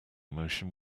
motion